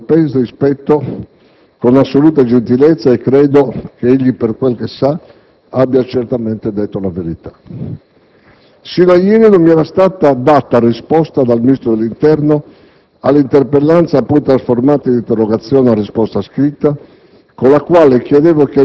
Egli mi ha risposto, ripeto, con assoluta gentilezza e credo che egli, per quel che sa, abbia certamente detto la verità. Sino a ieri non mi era stata data risposta dal Ministro dell'interno all'interpellanza, poi trasformata in interrogazione a risposta scritta,